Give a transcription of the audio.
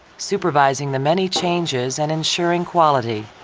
supervising the many changes and ensuring quality.